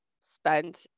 spent